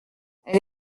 elle